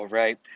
right